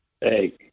Hey